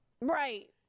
right